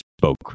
spoke